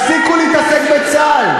תפסיקו להתעסק בצה"ל.